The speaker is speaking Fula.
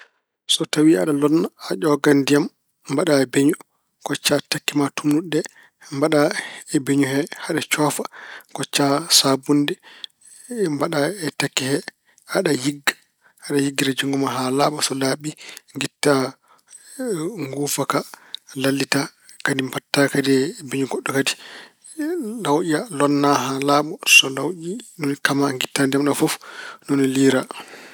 So tawi aɗa lonna, a ƴoogan ndiyam, mbaɗa e beñu. Koccaa tekke ma tuumnuɗe ɗe, mbaɗa e beñu he haa ɗe coofa. Koccaa saabunnde mbaɗa e tekke he, aɗa yigga, aɗa yiggira juungo ma haa laaɓa. So laaɓi, ngitta nguufa ka, lallita. Kadi mbaɗta kadi e beñu goɗɗo kadi. laawƴa, lonna haa laaɓa. So lawƴi, ni woni kama, ngitta ndiyam ɗam fof. Ni woni liira.